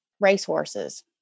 racehorses